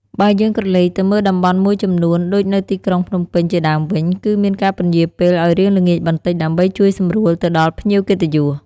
បើយើងក្រឡេកទៅមើលតំបន់មួយចំនួន ដូចនៅទីក្រុងភ្នំពេញជាដើមវិញ គឺមានការពន្យារពេលឲ្យរៀងល្ងាចបន្តិច ដើម្បីជួយសម្រួលទៅដល់ភ្ញៀវកិត្តិយស។